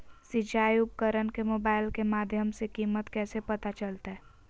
सिंचाई उपकरण के मोबाइल के माध्यम से कीमत कैसे पता चलतय?